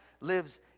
lives